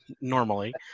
normally